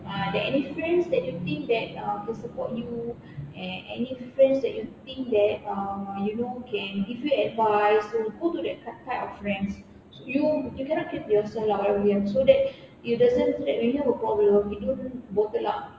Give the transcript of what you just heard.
ah that any friends that you think that uh that support you and any friends that you that uh you know can give you advice to go to that type of friends you you cannot keep to yourself lah whatever so that it doesn't tre~ when you have a problem you don't bottle up